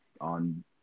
on